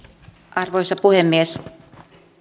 arvoisa puhemies